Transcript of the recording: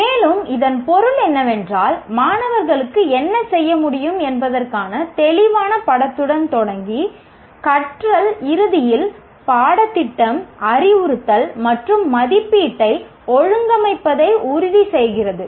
மேலும் இதன் பொருள் என்னவென்றால் மாணவர்களுக்கு என்ன செய்ய முடியும் என்பதற்கான தெளிவான படத்துடன் தொடங்கி கற்றல் இறுதியில் பாடத்திட்டம் அறிவுறுத்தல் மற்றும் மதிப்பீட்டை ஒழுங்கமைப்பதை உறுதிசெய்கிறது